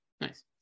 Nice